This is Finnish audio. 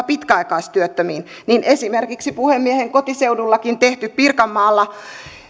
pitkäaikaistyöttömiin niin esimerkiksi puhemiehen kotiseudullakin tehty pirkanmaalla